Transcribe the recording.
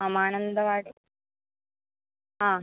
ആ മാനന്തവാടി ആ